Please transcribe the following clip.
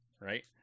right